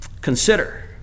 Consider